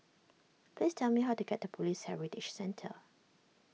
please tell me how to get to Police Heritage Centre